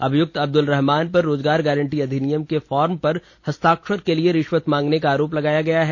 अभियुक्त अब्दुल रहमान पर रोजगार गारंटी अधिनियम के फॉर्म पर हस्ताक्षर के लिए रिश्वत मांगने का आरोप लगया गया है